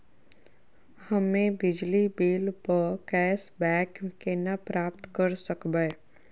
हम्मे बिजली बिल प कैशबैक केना प्राप्त करऽ सकबै?